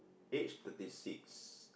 age thirty six